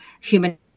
human